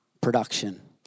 production